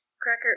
cracker